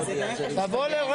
תזרוק רמז, באיזה אות זה מתחיל?